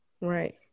Right